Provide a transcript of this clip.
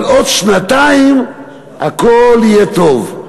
אבל הוא אומר, עוד שנתיים הכול יהיה טוב.